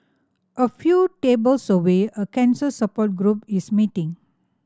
a few tables away a cancer support group is meeting